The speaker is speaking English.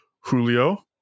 Julio